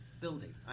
building